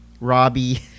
Robbie